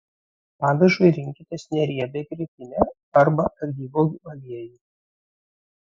padažui rinkitės neriebią grietinę arba alyvuogių aliejų